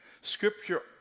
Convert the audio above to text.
Scripture